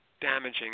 damaging